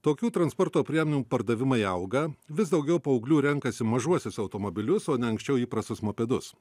tokių transporto priemonių pardavimai auga vis daugiau paauglių renkasi mažuosius automobilius o ne anksčiau įprastus mopedus